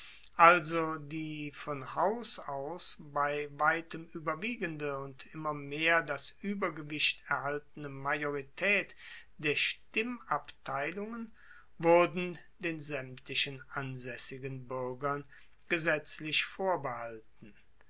also die von haus aus bei weitem ueberwiegende und immer mehr das uebergewicht erhaltende majoritaet der stimmabteilungen wurden den saemtlichen ansaessigen buergern gesetzlich vorbehalten